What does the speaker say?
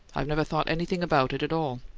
i've never thought anything about it at all.